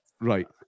right